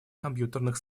компьютерных